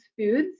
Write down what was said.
foods